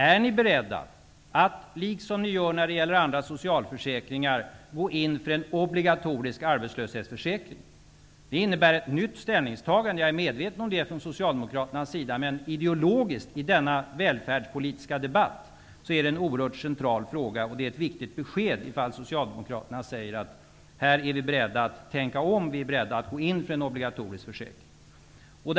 Är ni beredda att, liksom ni gör när det gäller andra socialförsäkringar, gå in för en obligatorisk arbetslöshetsförsäkring? Det innebär ett nytt ställningstagande från Socialdemokraternas sida, jag är medveten om det. Men ideologiskt är det i denna välfärdspolitiska debatt en oerhört central fråga, och det är ett viktigt besked om Socialdemokraterna säger: Här är vi beredda att tänka om. Vi är beredda att gå in för en obligatorisk försäkring.